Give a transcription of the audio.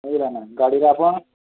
ବୁଝିଲେନା ଗାଡ଼ିରେ ଆପଣ